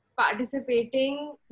participating